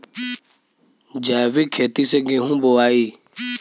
जैविक खेती से गेहूँ बोवाई